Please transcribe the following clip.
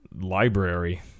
Library